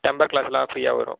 temper கிளாஸ்லாம் ஃப்ரீயாக வரும்